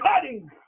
cutting